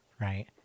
Right